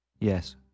Yes